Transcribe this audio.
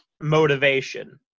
motivation